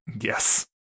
yes